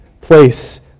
place